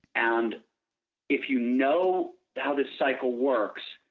and if you know how this cycle works,